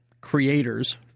creators